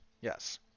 yes